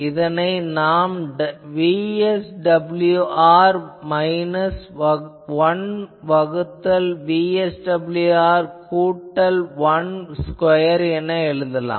இதனை நாம் VSWR minus 1 வகுத்தல் VSWR கூட்டல் 1 ஸ்கொயர் என எழுதலாம்